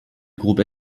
groupe